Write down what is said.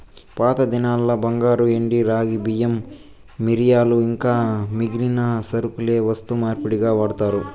పాతదినాల్ల బంగారు, ఎండి, రాగి, బియ్యం, మిరియాలు ఇంకా మిగిలిన సరకులే వస్తు మార్పిడిగా వాడారు